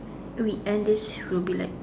till we end this should be like